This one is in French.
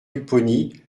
pupponi